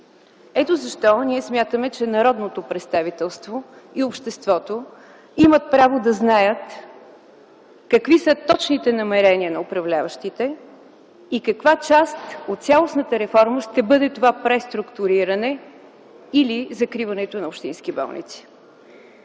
Ето защо ние смятаме, че народното представителство и обществото имат право да знаят какви са точните намерения на управляващите и каква част от цялостната реформа ще бъде това преструктуриране или закриването на общински болници.